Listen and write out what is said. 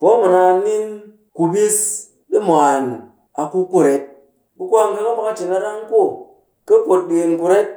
poo mu naan nin, kubis ɗi mwaan a ku kuret. Ɓe kwaanga ka mbaa ka cin a rang ku ka put ɗikin ku ret.